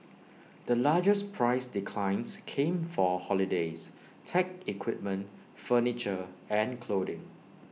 the largest price declines came for holidays tech equipment furniture and clothing